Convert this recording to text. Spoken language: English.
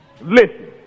Listen